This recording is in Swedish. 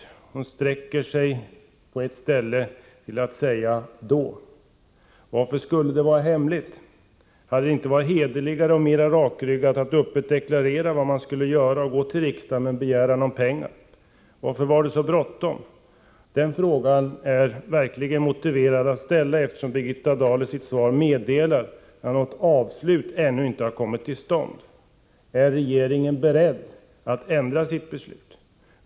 På ett ställe i svaret sträcker hon sig till att säga ”då”. Varför skulle beslutet vara hemligt? Hade det inte varit hederligare och mera rakryggat att öppet deklarera vad man skulle göra och att gå till riksdagen med en begäran om pengar? Varför var det så bråttom? Det är verkligen motiverat att fråga detta, eftersom Birgitta Dahl i sitt svar meddelar att något avslut ännu inte har kommit till stånd. Är regeringen beredd att ändra sitt beslut?